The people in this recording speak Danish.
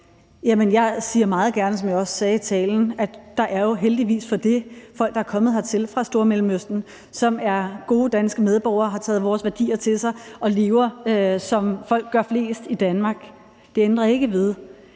jeg også sagde i talen, at der – heldigvis for det – jo er folk, der er kommet hertil fra Stormellemøsten, som er gode danske medborgere, har taget vores værdier til sig og lever, som de fleste gør i Danmark. Det ændrer ikke ved,